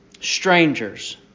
strangers